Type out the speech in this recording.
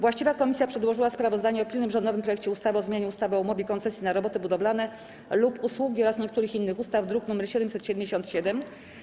Właściwa komisja przedłożyła sprawozdanie o pilnym rządowym projekcie ustawy o zmianie ustawy o umowie koncesji na roboty budowlane lub usługi oraz niektórych innych ustaw, druk nr 777.